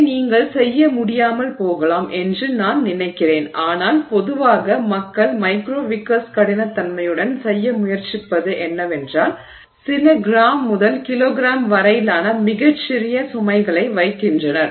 இதை நீங்கள் செய்ய முடியாமல் போகலாம் என்று நான் நினைக்கிறேன் ஆனால் பொதுவாக மக்கள் மைக்ரோ விக்கர்ஸ் கடினத்தன்மையுடன் செய்ய முயற்சிப்பது என்னவென்றால் சில கிராம் முதல் கிலோகிராம் வரையிலான மிகச் சிறிய சுமைகளை வைக்கின்றனர்